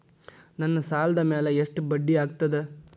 ನನ್ನ ಸಾಲದ್ ಮ್ಯಾಲೆ ಎಷ್ಟ ಬಡ್ಡಿ ಆಗ್ತದ?